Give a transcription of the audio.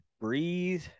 breathe